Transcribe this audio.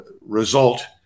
result